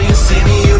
see me